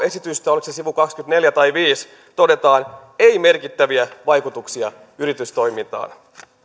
esitystä oliko se sivu kaksikymmentäneljä tai kaksikymmentäviisi niin siellä todetaan ei merkittäviä vaikutuksia yritystoimintaan